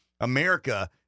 America